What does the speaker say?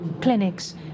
Clinics